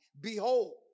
Behold